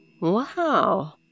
Wow